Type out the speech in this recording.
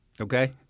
okay